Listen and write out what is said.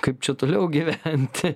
kaip čia toliau gyventi